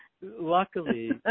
Luckily